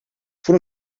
voor